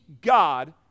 God